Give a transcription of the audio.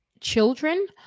children